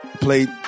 Played